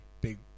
big